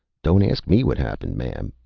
don't ask me what happened, m'am,